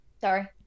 sorry